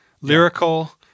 lyrical